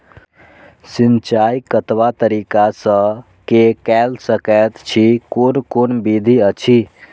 सिंचाई कतवा तरीका स के कैल सकैत छी कून कून विधि अछि?